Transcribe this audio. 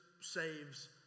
saves